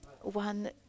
one